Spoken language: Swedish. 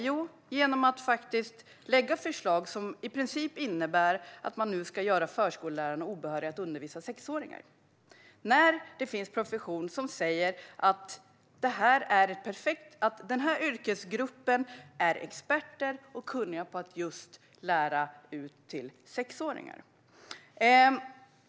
Jo, det gör de genom att faktiskt lägga fram förslag som i princip innebär att förskollärarna blir obehöriga att undervisa sexåringar, när det finns profession som säger att denna yrkesgrupp är expert och kunnig på att just lära ut till sexåringar.